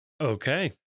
Okay